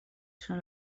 són